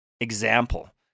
example